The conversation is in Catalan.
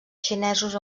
xinesos